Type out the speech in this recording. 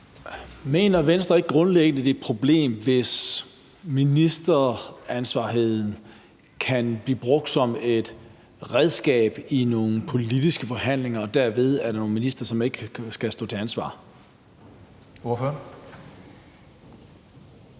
Mener Venstre ikke grundlæggende, det er et problem, hvis ministeransvarlighedsloven kan blive brugt som et redskab i nogle politiske forhandlinger, og at der derved er nogle ministre, som ikke skal stå til ansvar? Kl.